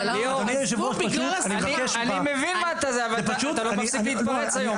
--- אני מבין מה אתה --- אבל אתה לא מפסיק להתפרץ היום.